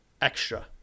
extra